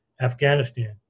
Afghanistan